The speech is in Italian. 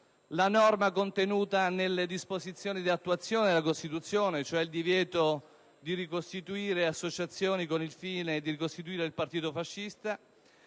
la norma contenuta nelle disposizioni di attuazione della Costituzione, cioè il divieto di associazioni con il fine di ricostituire il partito fascista;